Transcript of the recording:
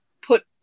put